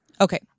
Okay